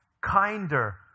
kinder